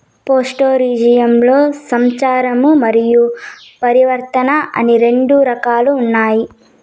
పాస్టోరలిజంలో సంచారము మరియు పరివర్తన అని రెండు రకాలు ఉన్నాయి